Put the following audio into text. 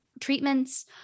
treatments